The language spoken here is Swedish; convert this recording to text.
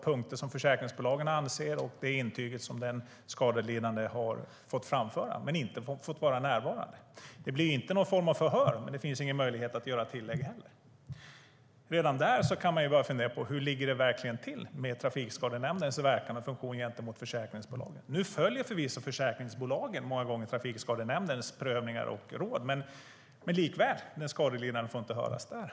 Punkterna om vad försäkringsbolagen anser och det intyg som den skadelidande har fått framföra läses upp, men den skadelidande får inte vara närvarande. Det blir inte någon form av förhör, men det finns inte heller någon möjlighet för att göra tillägg. Redan där kan man börja fundera på hur det verkligen ligger till med Trafikskadenämndens verkan och funktion gentemot försäkringsbolagen. Nu följer förvisso försäkringsbolagen många gånger Trafikskadenämndens prövningar och råd, men likväl får den skadelidande inte höras där.